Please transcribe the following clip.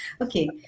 Okay